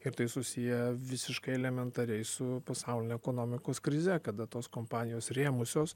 ir tai susiję visiškai elementariai su pasauline ekonomikos krize kada tos kompanijos rėmusios